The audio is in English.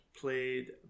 played